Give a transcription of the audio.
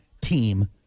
team